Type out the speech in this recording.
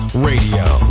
Radio